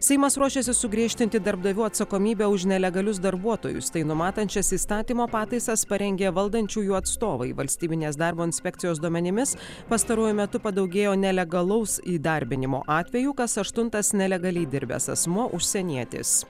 seimas ruošiasi sugriežtinti darbdavių atsakomybę už nelegalius darbuotojus tai numatančias įstatymo pataisas parengė valdančiųjų atstovai valstybinės darbo inspekcijos duomenimis pastaruoju metu padaugėjo nelegalaus įdarbinimo atvejų kas aštuntas nelegaliai dirbęs asmuo užsienietis